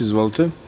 Izvolite.